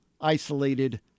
isolated